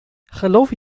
geloof